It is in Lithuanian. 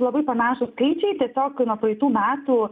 labai panašūs skaičiai tiesiog nuo praeitų metų